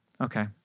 Okay